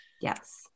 yes